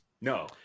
No